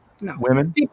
women